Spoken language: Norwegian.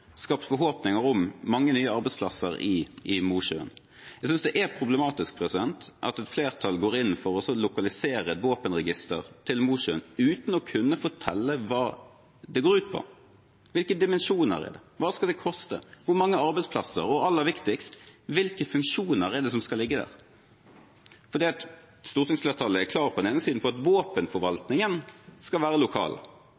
skapt forhåpninger om mange nye arbeidsplasser i Mosjøen. Jeg synes det er problematisk at et flertall går inn for å lokalisere et våpenregister til Mosjøen uten å kunne fortelle hva det går ut på. Hvilke dimensjoner er det? Hva skal det koste? Hvor mange arbeidsplasser blir det? Og aller viktigst: Hvilke funksjoner er det som skal ligge der? Stortingsflertallet er på den ene siden klare på at